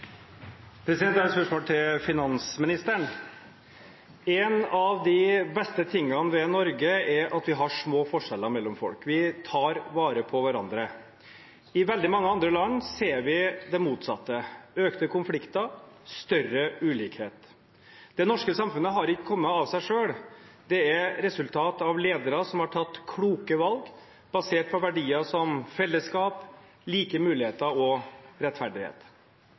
et spørsmål til finansministeren. En av de beste tingene ved Norge er at vi har små forskjeller mellom folk. Vi tar vare på hverandre. I veldig mange andre land ser vi det motsatte: økte konflikter, større ulikhet. Det norske samfunnet har ikke kommet av seg selv. Det er et resultat av at ledere har tatt kloke valg basert på verdier som fellesskap, like muligheter og rettferdighet.